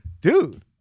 dude